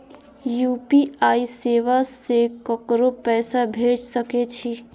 UPI सेवा से ककरो पैसा भेज सके छी?